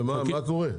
ומה קורה?